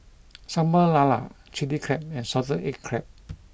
Sambal Lala Chilli Crab and Salted Egg Crab